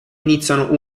iniziano